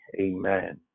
Amen